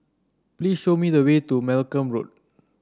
please show me the way to Malcolm Road